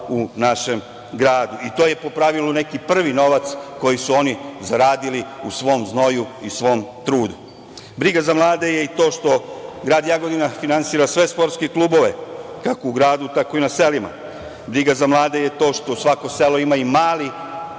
u našem gradu. To je po pravilu neki prvi novac koji su oni zaradili u svom znoju i svom trudu. Briga za mlade je i to što grad Jagodina finansira sve sportske klubove, kao u gradu, tako i u selima. Briga za mlade je to što svako selo ima i mali